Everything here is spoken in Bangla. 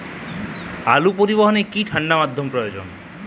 আলু পরিবহনে কি ঠাণ্ডা মাধ্যম প্রয়োজন?